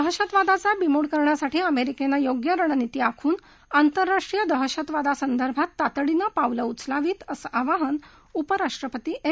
दहशतवादाचा बिमोड करण्यासाठी अमरिक्रिजे योग्य रणनीती आखून आंतरराष्ट्रीय दहशतवादासंदर्भात तातडीन प्रावलं उचलावीत असं आवाहन उपराष्ट्रपती एम